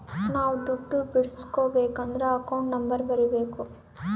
ನಾವ್ ದುಡ್ಡು ಬಿಡ್ಸ್ಕೊಬೇಕದ್ರ ಅಕೌಂಟ್ ನಂಬರ್ ಬರೀಬೇಕು